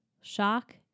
shock